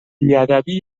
بیادبی